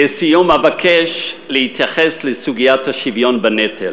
לסיום אבקש להתייחס לסוגיית השוויון בנטל.